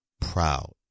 Proud